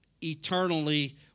eternally